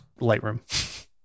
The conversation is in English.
Lightroom